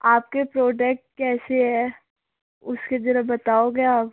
आपके प्रोडक्ट कैसे है उसे ज़रा बताओगे आप